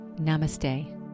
Namaste